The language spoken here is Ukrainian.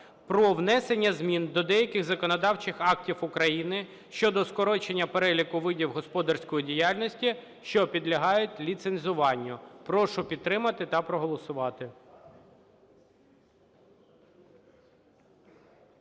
про внесення змін до деяких законодавчих актів України щодо скорочення переліку видів господарської діяльності, що підлягають ліцензуванню. Прошу підтримати та проголосувати.